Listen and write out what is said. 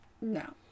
No